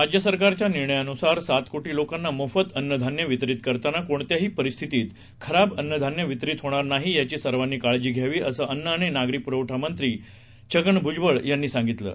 राज्य सरकारच्या निर्णयानुसार सात कोटी लोकांना मोफत अन्नधान्य वितरित करताना कोणत्याही परिस्थितीत खराब अन्नधान्य वितरीत होणार नाही याची सर्वांनी काळजी घ्यावी असं अन्न नागरी पूरवठा व ग्राहक संरक्षण मंत्री छगन भूजबळ यांनी सांगितलं आहे